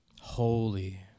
Holy